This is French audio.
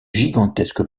gigantesque